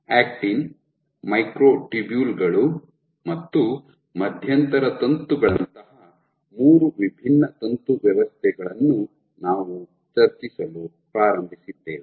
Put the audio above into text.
actin microtubule ಗಳು ಮತ್ತು ಮಧ್ಯಂತರ ತಂತುಗಳಂತಹ ಮೂರು ವಿಭಿನ್ನ ತಂತು ವ್ಯವಸ್ಥೆಗಳನ್ನು ನಾವು ಚರ್ಚಿಸಲು ಪ್ರಾರಂಭಿಸಿದ್ದೇವೆ